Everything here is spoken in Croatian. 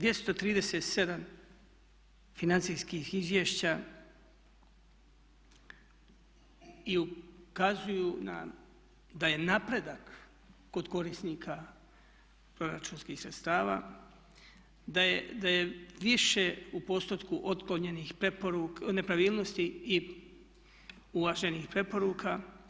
237 financijskih izvješća i ukazuju na da je napredak kod korisnika proračunskih sredstava, da je više u postotku otklonjenih nepravilnosti i uvaženih preporuka.